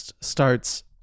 starts